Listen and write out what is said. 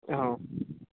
ହଁ